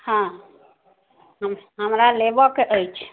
हँ हमरा लेबऽ के अछि